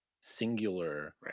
singular